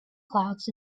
clouds